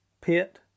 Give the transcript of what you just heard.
pit